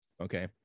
Okay